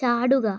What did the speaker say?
ചാടുക